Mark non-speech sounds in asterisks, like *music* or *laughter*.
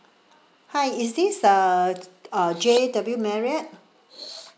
hi is this uh *noise* uh J_W marriott *noise*